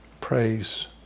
Praise